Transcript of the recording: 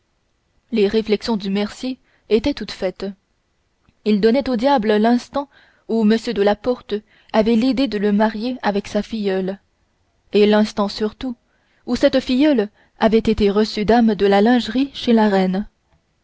les réflexions du mercier étaient toutes faites il donnait au diable l'instant où m de la porte avait eu l'idée de le marier avec sa filleule et l'instant surtout où cette filleule avait été reçue dame de la lingerie chez la reine